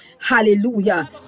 Hallelujah